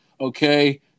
okay